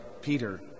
Peter